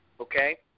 okay